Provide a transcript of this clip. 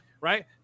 Right